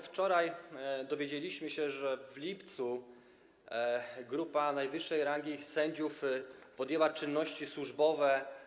Wczoraj dowiedzieliśmy się, że w lipcu grupa najwyższej rangi sędziów podjęła czynności służbowe.